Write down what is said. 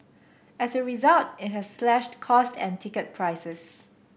as a result it has slashed costs and ticket prices